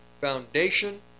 foundation